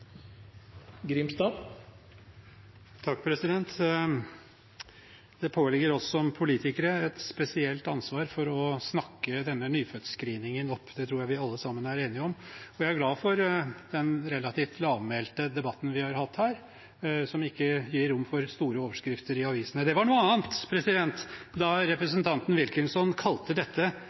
Det påligger oss som politikere et spesielt ansvar for å snakke denne nyfødtscreeningen opp. Det tror jeg vi alle sammen er enige om, og jeg er glad for den relativt lavmælte debatten vi har hatt her, som ikke gir rom for store overskrifter i avisene. Det var noe annet da representanten Wilkinson kalte dette